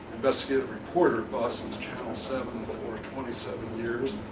investigative reporter at boston's channel seven for twenty seven years